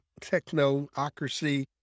technocracy